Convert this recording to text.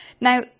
Now